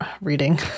reading